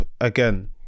again